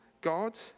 God